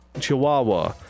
Chihuahua